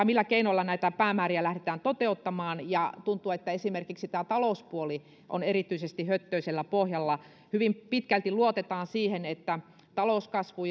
millä keinoilla näitä päämääriä lähdetään toteuttamaan tuntuu että esimerkiksi talouspuoli on erityisesti höttöisellä pohjalla hyvin pitkälti luotetaan siihen että talouskasvu